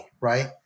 right